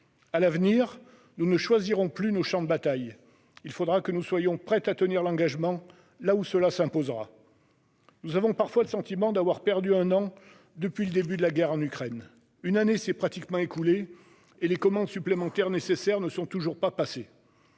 À l'avenir, nous ne choisirons plus nos champs de bataille. Il faudra que nous soyons prêts à tenir l'engagement là où cela s'imposera. Nous avons parfois le sentiment d'avoir perdu un an depuis le début de la guerre en Ukraine. En effet, une année s'est pratiquement écoulée et les commandes supplémentaires nécessaires ne sont toujours pas passées.